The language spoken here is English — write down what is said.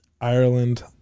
Ireland